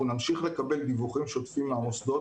נמשיך לקבל דיווחים שוטפים מהמוסדות,